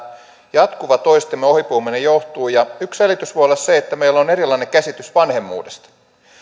jatkuva toistemme ohipuhuminen johtuu ja yksi selitys voi olla se että meillä on erilainen käsitys vanhemmuudesta